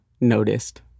noticed